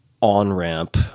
on-ramp